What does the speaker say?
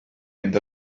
mynd